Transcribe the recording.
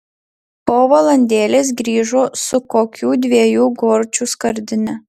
po valandėlės grįžo su kokių dviejų gorčių skardine